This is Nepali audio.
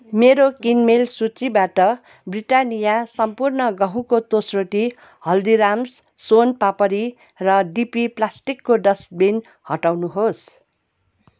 मेरो किनमेल सूचीबाट ब्रिटानिया सम्पूर्ण गहुँको तोसरोटी हल्दीराम्स सोन पापडी र डिपी प्लास्टिकको डस्टबिन हटाउनुहोस्